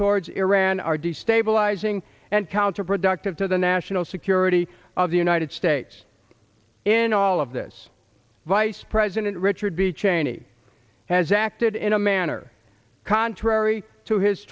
towards iran are destabilizing and counterproductive to the national security of the united states in all of this vice president richard b cheney has acted in a manner contrary to his